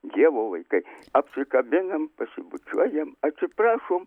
dievo vaikai apsikabinam pasibučiuojam atsiprašom